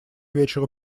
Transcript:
вечеру